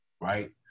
right